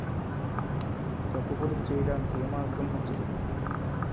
డబ్బు పొదుపు చేయటానికి ఏ మార్గం మంచిది?